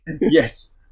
yes